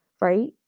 right